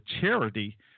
charity